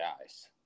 guys